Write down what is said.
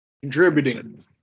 contributing